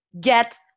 Get